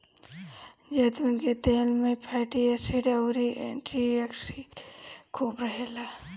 जैतून के तेल में फैटी एसिड अउरी एंटी ओक्सिडेंट खूब रहेला